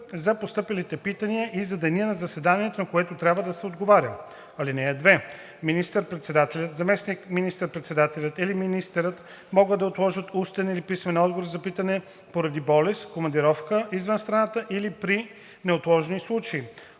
за постъпилите питания и за деня на заседанието, на което трябва да се отговори. (2) Министър-председателят, заместник министър-председателят или министър могат да отложат устен или писмен отговор на питане поради болест, командировка извън страната или при неотложни случаи.